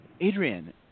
Adrian